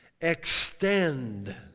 Extend